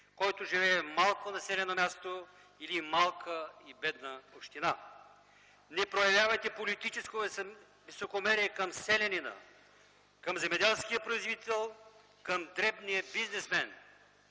който живее в малко населено място или малка и бедна община; не проявявайте политическо високомерие към селянина, към земеделския производител, към дребния бизнесмен